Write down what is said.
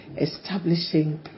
establishing